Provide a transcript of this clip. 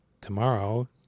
tomorrow